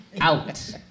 out